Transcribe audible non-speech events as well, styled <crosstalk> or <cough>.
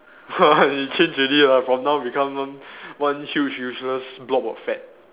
<laughs> you change already lah from now become one one huge useless block of fat